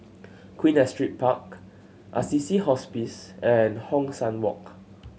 Queen Astrid Park Assisi Hospice and Hong San Walk